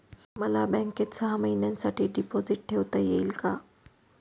मला बँकेत सहा महिन्यांसाठी डिपॉझिट ठेवता येईल का?